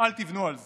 אל תבנו על זה,